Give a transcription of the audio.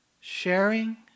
sharing